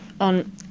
on